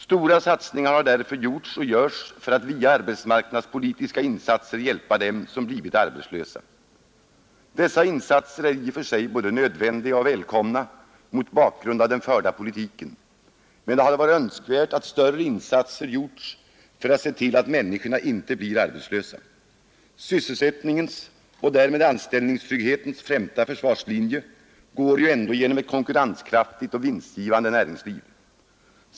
Stora satsningar har därför gjorts och görs för att via arbetsmarknadspolitiska insatser hjälpa dem som blivit arbetslösa. Dessa insatser är i och för sig både nödvändiga och välkomna mot bakgrund av den förda politiken, Nr 79 men det hade varit önskvärt att större insatser gjorts för att se till att Tisdagen den människorna inte blir arbetslösa. Sysselsättningens och därmed anställ 16 maj 1972 ningstrygghetens främsta försvarslinje går ju ändå genom ett konkurrens kraftigt och vinstgivande näringsliv.